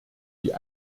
die